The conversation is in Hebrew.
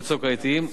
בצוק העתים,